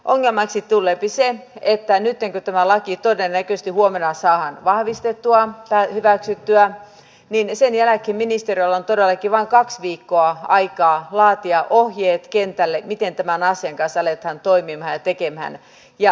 ongelmaksi tuleepi se että nytten kun tämä laki todennäköisesti huomenna saadaan hyväksyttyä niin sen jälkeen ministeriöllä on todellakin vain kaksi viikkoa aikaa laatia ohjeet kentälle miten tämän asian kanssa aletaan toimimaan ja tekemään